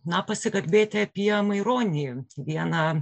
na pasikalbėti apie maironį vieną